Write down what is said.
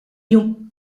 lyon